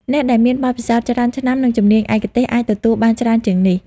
អ្នកដែលមានបទពិសោធន៍ច្រើនឆ្នាំ និងជំនាញឯកទេសអាចទទួលបានច្រើនជាងនេះ។